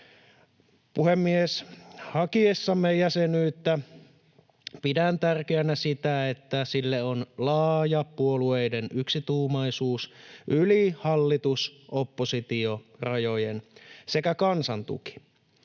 Puhemies! Hakiessamme jäsenyyttä pidän tärkeänä sitä, että sille on laaja puolueiden yksituumaisuus yli hallitus-oppositiorajojen sekä kansan tuki.